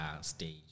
stage